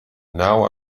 now